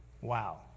Wow